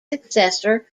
successor